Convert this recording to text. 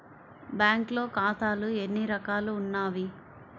బ్యాంక్లో ఖాతాలు ఎన్ని రకాలు ఉన్నావి?